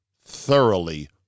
thoroughly